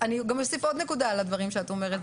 אני גם אוסיף עוד נקודה על הדברים שאת אומרת,